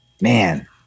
man